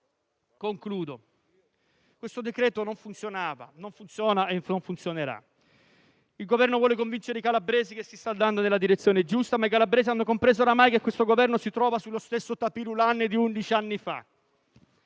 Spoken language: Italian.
salute. Questo decreto non funzionava, non funziona e non funzionerà. Il Governo vuole convincere i calabresi che si sta andando nella direzione giusta, ma i calabresi hanno compreso, oramai, che si trova sullo stesso *tapis roulant* di undici anni fa: